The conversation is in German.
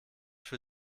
für